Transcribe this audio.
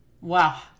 Wow